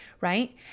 right